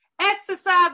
Exercise